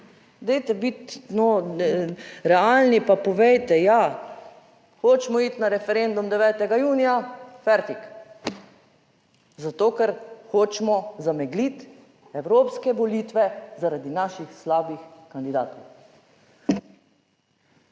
Dajte biti, no, realni, pa povejte, ja, hočemo iti na referendum 9. junija, fertik, zato, ker hočemo zamegliti evropske volitve zaradi naših slabih kandidatov.